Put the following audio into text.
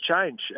change